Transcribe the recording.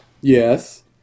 Yes